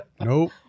Nope